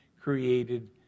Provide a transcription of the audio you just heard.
created